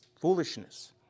foolishness